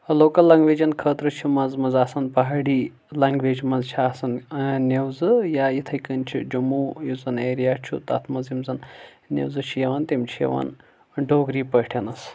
local لنٛگویجَن خٲطرٕ چھِ منٛزٕ منٛزٕ آسان پَہاڑی لنٛگویج منٛز چھِ آسان نِوزٕ یا یِتھٕے کٔنۍ چھِ جموں یُس زَن ایرِیا چھُ تَتھ منٛز یِم زَن نِوزٕ چھِ یِوان تِم چھِ یِوان ڈوگری پٲٹھۍ